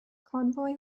conroy